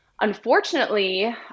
Unfortunately